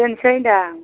दोनसै होनदां